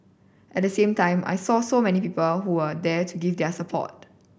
at the same time I saw so many people who were there to give their support